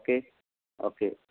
okay okay